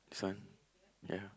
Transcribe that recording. this one yeah